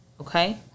Okay